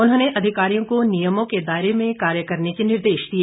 उन्होंने अधिकारियों को नियमों के दायरे में कार्य करने के निर्देश दिए